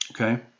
Okay